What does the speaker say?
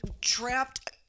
trapped